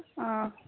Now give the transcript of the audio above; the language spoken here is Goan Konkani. आ